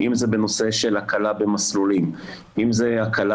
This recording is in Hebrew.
אם זה בנושא של הקלה במסלולים, אם זה הקלה